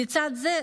ולצד זה,